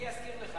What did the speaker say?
אני אזכיר לך,